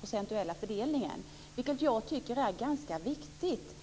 procentuella fördelningen, vilket jag tycker är ganska viktigt.